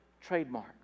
trademark